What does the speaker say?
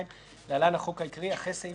לעשות